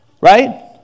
right